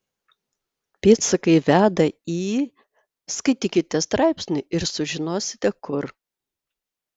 pėdsakai veda į skaitykite straipsnį ir sužinosite kur